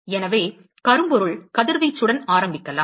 எனவே கரும்பொருள் கதிர்வீச்சுடன் ஆரம்பிக்கலாம்